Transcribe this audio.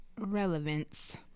relevance